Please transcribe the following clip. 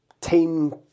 team